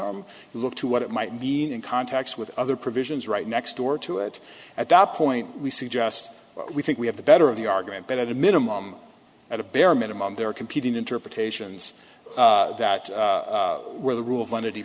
arm look to what it might mean and contacts with other provisions right next door to it at that point we see just what we think we have the better of the argument but at a minimum at a bare minimum there are competing interpretations that were the rule of law that he